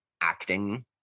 acting